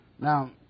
Now